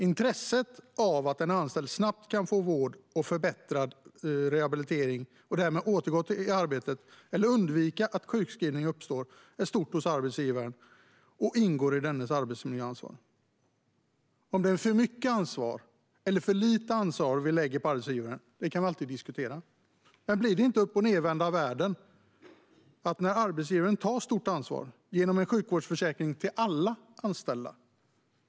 Intresset av att en anställd snabbt kan få vård och förbättrad rehabilitering och därmed återgå i arbete eller av att undvika att sjukskrivning uppstår är stort hos arbetsgivaren och ingår i arbetsmiljöansvaret. Om det är ett för stort eller för litet ansvar som vi lägger på arbetsgivaren kan alltid diskuteras. Men blir det inte uppochnedvända världen när man vill göra det svårare för arbetsgivaren att ta ett stort ansvar genom att teckna en sjukvårdsförsäkring för alla anställda?